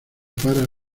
para